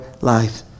life